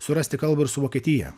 surasti kalbą ir su vokietija